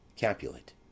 Capulet